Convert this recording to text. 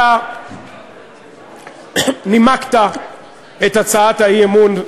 אתה נימקת את הצעת האי-אמון,